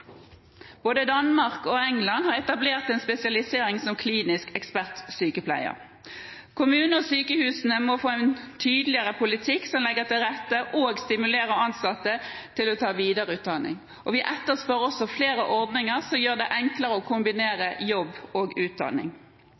Både Danmark og England har etablert en spesialisering som klinisk ekspertsykepleier. Kommuner og sykehus må få en tydeligere politikk som legger til rette for og stimulerer ansatte til å ta videreutdanning, og vi etterspør også flere ordninger som gjør det enklere å kombinere jobb og utdanning.